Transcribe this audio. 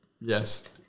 Yes